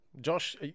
josh